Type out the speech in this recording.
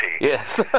Yes